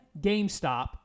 GameStop